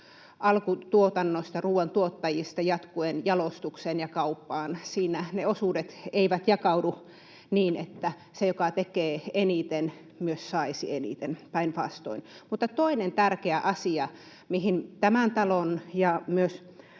alkutuotannosta ja ruoantuottajista jatkuen jalostukseen ja kauppaan — siinä ne osuudet eivät jakaudu niin, että se, joka tekee eniten, myös saisi eniten, päinvastoin — vaan toinen tärkeä asia, mihin tämän talon ja myös